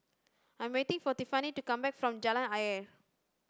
I am waiting for Tiffany to come back from Jalan Ayer